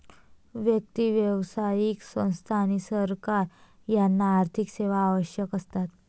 व्यक्ती, व्यावसायिक संस्था आणि सरकार यांना आर्थिक सेवा आवश्यक असतात